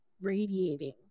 radiating